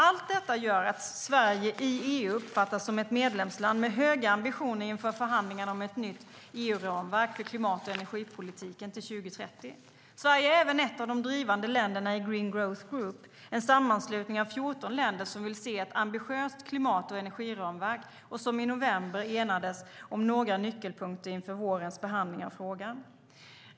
Allt detta gör att Sverige i EU uppfattas som ett medlemsland med höga ambitioner inför förhandlingarna om ett nytt EU-ramverk för klimat och energipolitiken 2030. Sverige är även ett av de drivande länderna i Green Growth Group, en sammanslutning av 14 länder som vill se ett ambitiöst klimat och energiramverk och som i november enades om några nyckelpunkter inför vårens behandling av frågan.